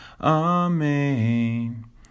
Amen